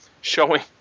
showing